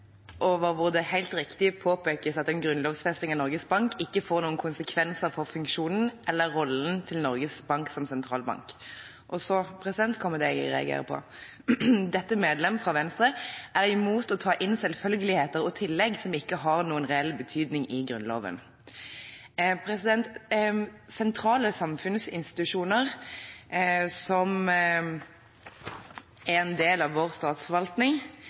over hvor det helt riktig påpekes at en grunnlovfesting av Norges Bank ikke får noen konsekvenser for funksjonen eller rollen til Norges Bank som sentralbank». Og så kommer det jeg reagerer på: «Dette medlem», fra Venstre, «er imot å ta inn selvfølgeligheter og tillegg som ikke har noen reell betydning i Grunnloven.» Sentrale samfunnsinstitusjoner som er en del av vår statsforvaltning,